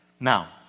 Now